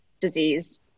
disease